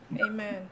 Amen